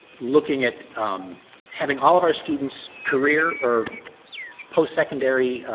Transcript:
looking at um having all of our students' career or post-secondary,